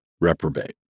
reprobate